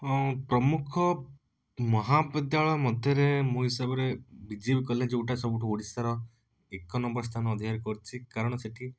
ହଁ ପ୍ରମୁଖ ମହାବିଦ୍ୟାଳୟ ମଧ୍ୟରେ ମୋ ହିସାବରେ ବିଜେପି କଲେଜ ଯେଉଁଟା ସବୁଠୁ ଓଡ଼ିଶାର ଏକ ନମ୍ବର ସ୍ଥାନ ଅଧିକାର କରିଛି କାରଣ ସେଠି